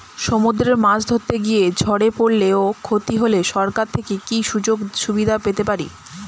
সমুদ্রে মাছ ধরতে গিয়ে ঝড়ে পরলে ও ক্ষতি হলে সরকার থেকে কি সুযোগ সুবিধা পেতে পারি?